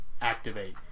activate